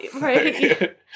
Right